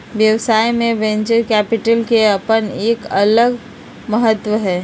व्यवसाय में venture capital के अपन एक अलग महत्व हई